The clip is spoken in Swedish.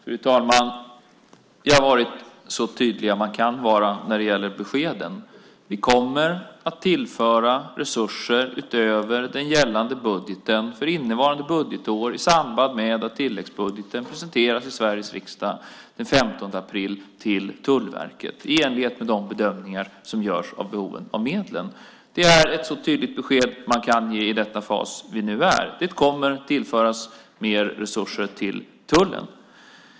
Fru talman! Vi har varit så tydliga man kan vara när det gäller beskeden. Vi kommer att tillföra resurser till Tullverket utöver den gällande budgeten för innevarande budgetår i samband med att tilläggsbudgeten presenteras i Sveriges riksdag den 15 april i enlighet med de bedömningar som görs av behoven av medlen. Det är ett så tydligt besked man kan ge i den fas vi nu är i. Det kommer att tillföras mer resurser till tullen.